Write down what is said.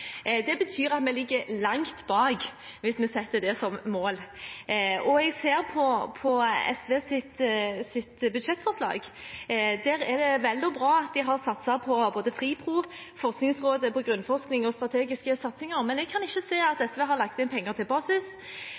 Det betyr at vi ligger langt bak hvis vi setter det som mål. Og når jeg ser på SVs budsjettforslag, er det vel og bra at de har satset på både FRIPRO og Forskningsrådet på Grunnforskning og Strategiske satsinger, men jeg kan ikke se at SV har lagt inn penger til